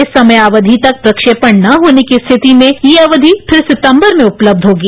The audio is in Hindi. इस समयावधि तक प्रक्षेपण न होने की स्थिति में ये अवधि फिर सितंबर में उपलब्ध होगी